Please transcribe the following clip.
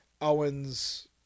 owens